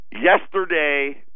yesterday